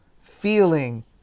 feeling